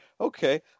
Okay